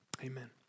Amen